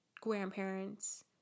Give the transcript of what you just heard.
grandparents